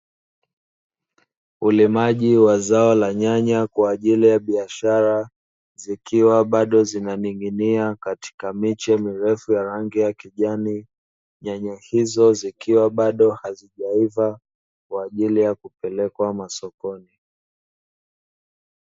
Ulimaji wa zao la nyanya kwa ajili ya biashara zikiwa bado zinaning'inia katika miche mirefu ya rangi ya kijani, nyanya hizo zikiwa bado hazijaiva kwa ajili ya kupelekwa masokoni.